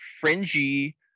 fringy